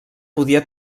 podia